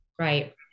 right